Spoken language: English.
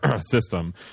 system